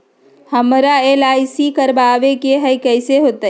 हमरा एल.आई.सी करवावे के हई कैसे होतई?